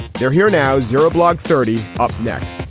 they're here now. zero block thirty. up next